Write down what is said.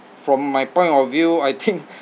from my point of view I think